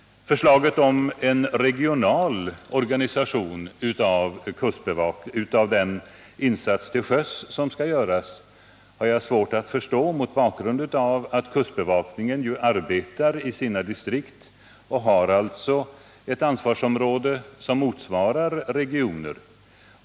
Förslaget om en regional organisation av den insats till sjöss som skall göras har jag svårt att förstå mot bakgrund av att kustbevakningen arbetar i sina distrikt och där har ett ansvarsområde som motsvarar regioner.